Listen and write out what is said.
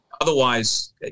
otherwise